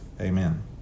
Amen